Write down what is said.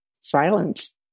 silence